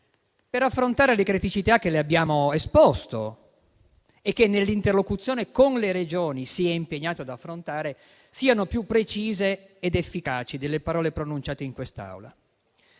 per affrontare le criticità che le abbiamo esposto - che nell'interlocuzione con le Regioni si è impegnato ad affrontare - siano più precise ed efficaci delle parole pronunciate in quest'Aula.